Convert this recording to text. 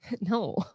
No